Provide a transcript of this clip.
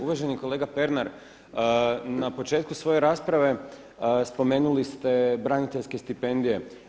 Uvaženi kolega Pernar, na početku svoje rasprave spomenuli ste braniteljske stipendije.